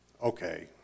Okay